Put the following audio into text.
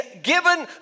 given